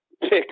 pick